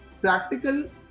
practical